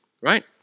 right